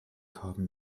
haben